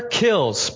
kills